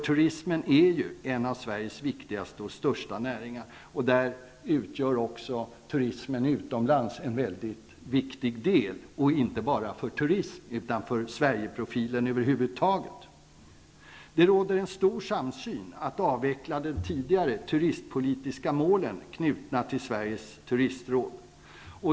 Turismen är ju en av Sveriges viktigaste och största näringar. Turismen utomlands utgör en mycket viktig del. Den har betydelse inte bara för turismen, utan för Sverigeprofilen över huvud taget. Det råder en stor samsyn när det gäller att avveckla de tidigare turistpolitiska målen, knutna till Sveriges turistråd.